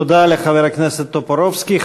תודה לחבר הכנסת טופורובסקי.